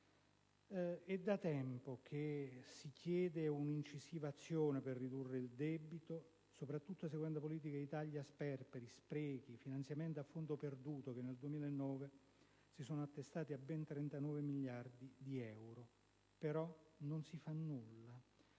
E' da tempo che si chiede un'incisiva azione per ridurre il debito, soprattutto seguendo politiche di tagli a sperperi, sprechi e finanziamenti a fondo perduto, che nel 2009 si sono attestati a ben 39 miliardi di euro; però non si fa nulla.